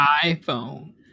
iPhone